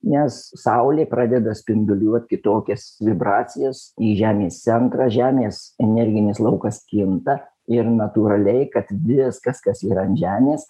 nes saulė pradeda spinduliuot kitokias vibracijas į žemės centrą žemės energinis laukas kinta ir natūraliai kad viskas kas yra ant žemės